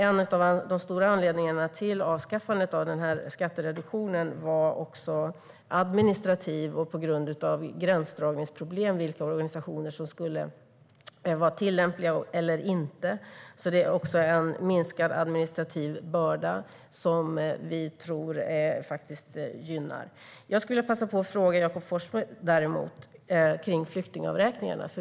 En av de stora anledningarna till avskaffandet av skattereduktionen var också administrativa svårigheter när det gällde gränsdragningsproblem när man skulle avgöra vilka organisationer som var tillämpliga eller inte. Borttagande innebär alltså en minskad administrativ börda som gynnar gåvomottagandet. Jag skulle vilja passa på att fråga Jakob Forssmed om flyktingavräkningarna.